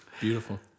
Beautiful